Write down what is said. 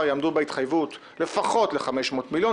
יעמדו בהתחייבות לפחות ל-500 מיליון,